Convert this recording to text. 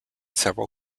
several